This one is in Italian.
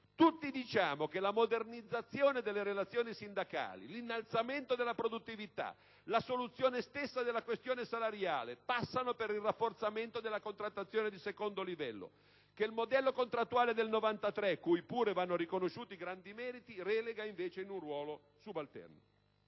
Tutti diciamo che la modernizzazione delle relazioni sindacali, l'innalzamento della produttività, la soluzione stessa della questione salariale passano per il rafforzamento della contrattazione di secondo livello, che il modello contrattuale del 1993 - cui pure vanno riconosciuti grandi meriti - relega invece in un ruolo subalterno.